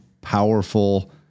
powerful